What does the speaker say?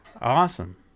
awesome